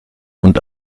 und